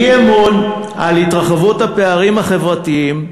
אי-אמון על התרחבות הפערים החברתיים,